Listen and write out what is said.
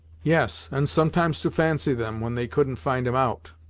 yes, and sometimes to fancy them, when they couldn't find em out!